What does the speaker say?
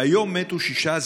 היום מתו שישה,